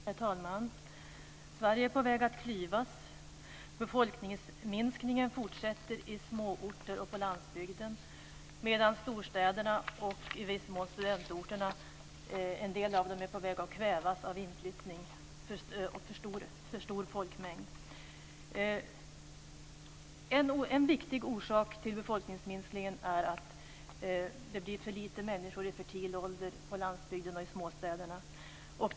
Herr talman! Sverige är på väg att klyvas. Befolkningsminskningen fortsätter i småorter och på landsbygden, medan storstäderna och en del av studentorterna är på väg att kvävas av inflyttning och för stor folkmängd. En viktig orsak till befolkningsminskningen är att det blir för få människor i fertil ålder på landsbygden och i småstäderna.